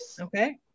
Okay